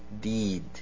deed